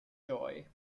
joy